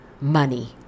money